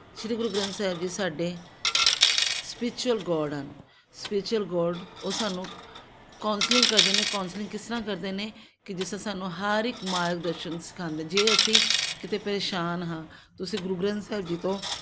ਸ਼੍ਰੀ ਗੁਰੂ ਗ੍ਰੰਥ ਸਾਹਿਬ ਜੀ ਸਾਡੇ spiritual god ਹਨ spiritual god ਉਹ ਸਾਨੂੰ ਕੌਂਸਲਿੰਗ ਕਰਦੇ ਨੇ ਕੌਂਸਲਿੰਗ ਕਿਸ ਤਰ੍ਹਾਂ ਕਰਦੇ ਨੇ ਕਿ ਜਿਸ ਤਰ੍ਹਾਂ ਸਾਨੂੰ ਹਰ ਇੱਕ ਮਾਰਗ ਦਰਸ਼ਨ ਸਿਖਾਉਂਦੇ ਜੇ ਅਸੀਂ ਕਿਤੇ ਪਰੇਸ਼ਾਨ ਹਾਂ ਤੁਸੀਂ ਗੁਰੂ ਗ੍ਰੰਥ ਸਾਹਿਬ ਜੀ ਤੋਂ